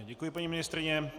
Děkuji paní ministryni.